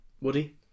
Woody